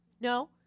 No